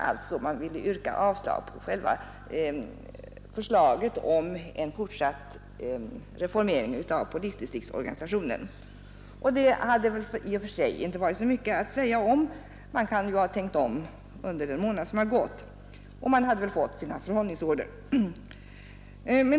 Man ville alltså yrka avslag på själva förslaget om fortsatt reformering av polisdistriktsorganisationen. Det hade väl i och för sig inte varit mycket att säga om. Man kunde ju ha tänkt om under den månad som hade gått, och man hade väl fått sina förhållningsorder.